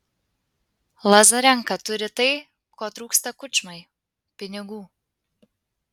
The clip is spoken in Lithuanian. lazarenka turi tai ko trūksta kučmai pinigų